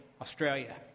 Australia